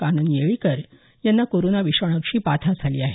कानन येळीकर यांना कोरोना विषाणूची बाधा झाली आहे